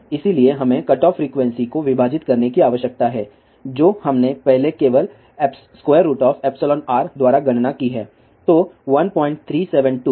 इसलिए हमें cut off frequency को विभाजित करने की आवश्यकता है जो हमने पहले केवलr द्वारा गणना की है